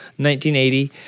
1980